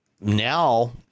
Now